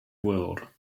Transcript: world